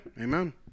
amen